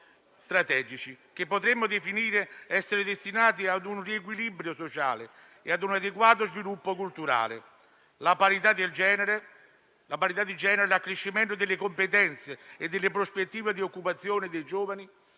strategici, che potremmo definire essere destinati ad un riequilibrio sociale e ad un adeguato sviluppo culturale: la parità di genere; l'accrescimento delle competenze e delle prospettive di occupazione dei giovani;